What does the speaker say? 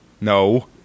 No